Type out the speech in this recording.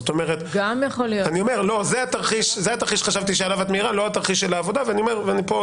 זה התרחיש שחשבתי שעליו את מעירה ולא התרחיש של העבודה.